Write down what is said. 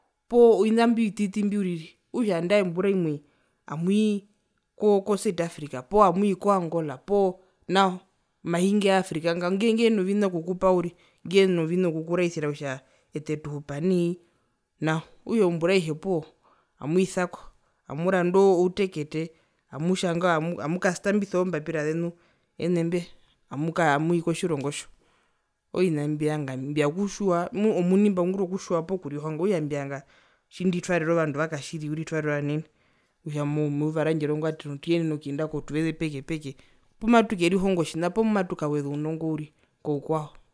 Poo vina imbio vititi mbio uriri okutja nandae ombura imwe amwii ko ko suid africa poo atwii ko angola omahi inga wa africa nga uriri nge ngeno vina okukupa uriri ngeno vina okukuraisira kutja ete tuhupa nai nao, okutja ombura aihe amwisako amuranda outekete omutjanga amukastambisa ozombapira zenu ene mbe amwii kotjirongo tjo oovina mbimbivanga ami mbivanga okutjiwa omuni mbaungurwa okutjiwa poo kurihonga okutja mbivanga indi tjitwarire ovandu vakatjiri uriri tjitwarire ovanene kutja meyuva randje rongwatero tuyenene okuyenda kotuveze peke peke pumatukerihonga otjina poo pumatukaweza ounongo uriri koukwao.